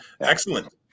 Excellent